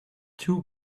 two